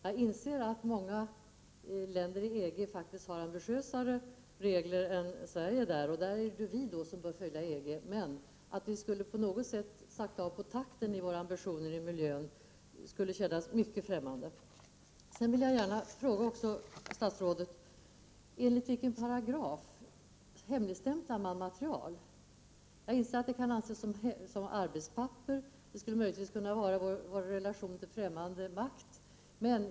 Jag inser att många länder i EG faktiskt har ambitiösare regler än Sverige därvidlag. På den punkten är det vi som bör följa EG:s regler. Om vi skulle slå av på takten i våra miljöambitioner skulle det kännas mycket främmande. ligstämplas. Jag inser att det kan vara fråga om arbetspapper. Det kan möj = Prot. 1989/90:4 ligtvis gälla våra relationer till fftämmande makt.